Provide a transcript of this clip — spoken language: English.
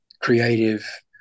creative